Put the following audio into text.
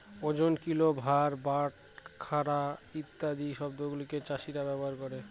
ওজন, কিল, ভার, বাটখারা ইত্যাদি শব্দগুলা চাষীরা ব্যবহার করে